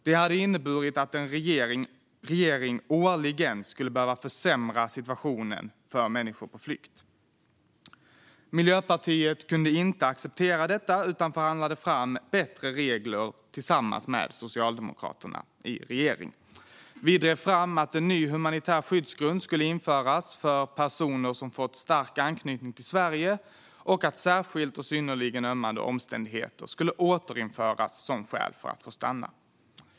Det hade inneburit att en regering årligen skulle behöva försämra situationen för människor på flykt. Miljöpartiet kunde inte acceptera detta utan förhandlade i regeringen fram bättre regler tillsammans med Socialdemokraterna. Vi drev fram att en ny humanitär skyddsgrund skulle införas för personer som har fått stark anknytning till Sverige och att särskilt och synnerligen ömmande omständigheter skulle återinföras som skäl för att få stanna.